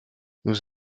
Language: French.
nous